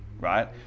right